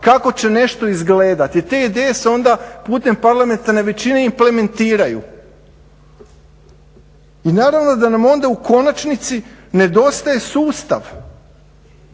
kako će nešto izgledati. Te ideje se onda putem parlamentarne većine implementiraju. I naravno da nam onda u konačnici nedostaje sustav.